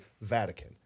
Vatican